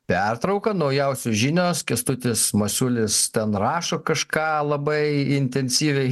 pertrauką naujausios žinios kęstutis masiulis ten rašo kažką labai intensyviai